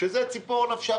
שזה ציפור נפשה,